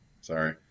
Sorry